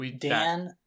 Dan